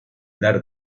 dar